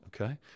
Okay